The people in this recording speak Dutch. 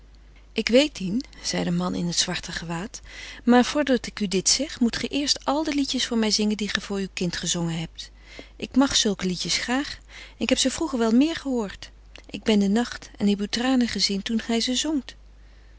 ik weet dien zei de man in het zwarte gewaad maar voordat ik u dit zeg moet ge eerst al de liedjes voor mij zingen die ge voor uw kind gezongen hebt ik mag zulke liedjes graag ik heb ze vroeger wel meer gehoord ik ben de nacht en heb uw tranen gezien toen gij ze zongt